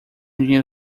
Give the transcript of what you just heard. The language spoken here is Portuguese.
dinheiro